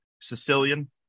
Sicilian